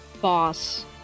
boss